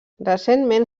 recentment